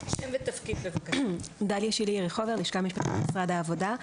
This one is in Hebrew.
אני מהלשכה המשפטית במשרד העבודה.